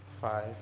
five